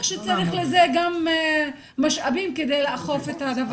שצריך לזה גם משאבים כדי לאכוף את הדבר הזה.